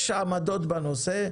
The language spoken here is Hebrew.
יש עמדות שונות בנושא.